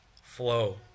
flow